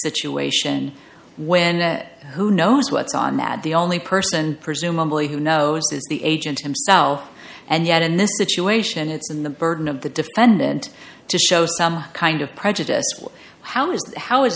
situation when that who knows what's on that the only person presumably who knows is the agent himself and yet in this situation it's in the burden of the defendant to show some kind of prejudice well how is